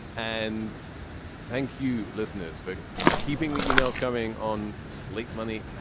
and thank you, listeners for keeping the e-mails coming on. slick money.